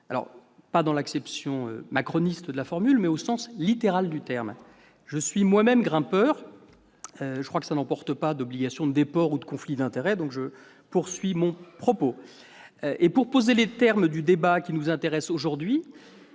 Non pas dans l'acception macroniste de la formule, ... Cela viendra !... mais au sens littéral du terme. Je suis moi-même grimpeur, mais comme cela n'emporte pas d'obligation de déport ou de conflit d'intérêts, je poursuis mon propos. Pour poser les termes du débat qui nous intéresse aujourd'hui,